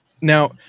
Now